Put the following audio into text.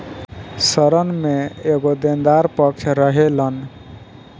ऋण में एगो देनदार पक्ष रहेलन